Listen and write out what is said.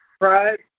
Right